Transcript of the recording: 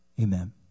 Amen